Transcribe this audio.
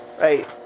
right